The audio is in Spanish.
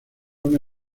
una